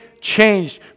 changed